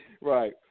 Right